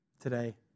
today